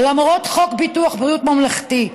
למרות חוק ביטוח בריאות ממלכתי,